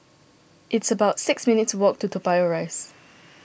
it's about six minutes' walk to Toa Payoh Rise